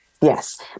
Yes